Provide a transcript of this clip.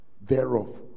thereof